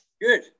Good